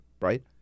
right